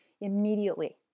immediately